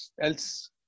else